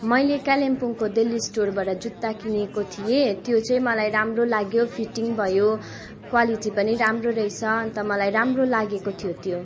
मैले कालेम्पोङको दिल्ली स्टोरबाट जुत्ता किनेको थिएँ त्यो चाहिँ मलाई राम्रो लग्यो फिटिङ भयो क्वालिटी पनि रोम्रो रहेछ अन्त मलाई राम्रो लागेको थियो त्यो